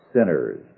sinners